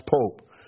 pope